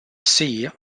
sea